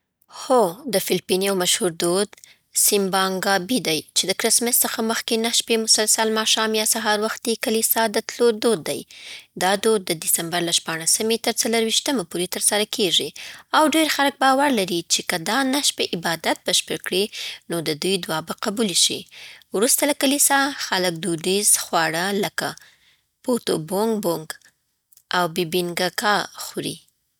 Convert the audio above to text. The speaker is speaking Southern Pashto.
هو، د فلپین یو مشهور دود سیمبانګ ګابي دی، چې د کرسمس څخه مخکې نهه شپې مسلسل ماښام یا سهار وختي کلیسا ته د تلو دود دی. دا دود د ډېسمبر له شپاړسمې تر څلېرويشتمې پورې ترسره کېږي، او ډېر خلک باور لري چې که دا نهه شپې عبادت بشپړ کړي، نو د دوی دعا به قبوله شي. وروسته له کلیسا، خلک دودیز خواړه لکه پوتو بونګ بونګ او بیبینگکا خوري.